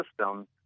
system